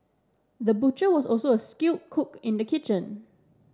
the butcher was also a skilled cook in the kitchen